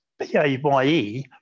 PAYE